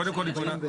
קודם כל היא פונה.